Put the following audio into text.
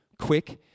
quick